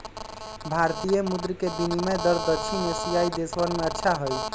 भारतीय मुद्र के विनियम दर दक्षिण एशियाई देशवन में अच्छा हई